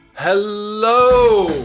hello,